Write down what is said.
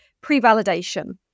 pre-validation